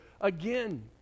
Again